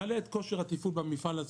מעלה את כושר התפעול במפעל,